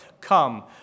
come